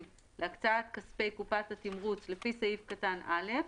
להקצאת כספי קופת התמרוץ לפי סעיף קטן (א)